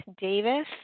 Davis